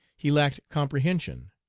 he lacked comprehension.